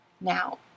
now